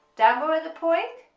down bow at the point.